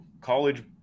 college